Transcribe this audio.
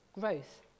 growth